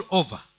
over